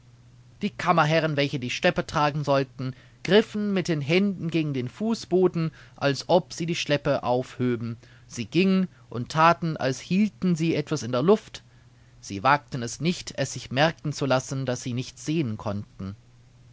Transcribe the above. die kammerherren welche die schleppe tragen sollten griffen mit den händen gegen den fußboden als ob sie die schleppe aufhöben sie gingen und thaten als hielten sie etwas in der luft sie wagten es nicht es sich merken zu lassen daß sie nichts sehen konnten